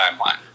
timeline